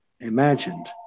imagined